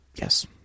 Yes